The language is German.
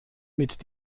mit